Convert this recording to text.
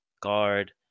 guard